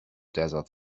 desert